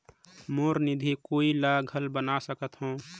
मोर निधि कोई ला घल बना सकत हो?